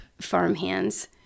farmhands